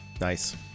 Nice